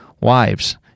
Wives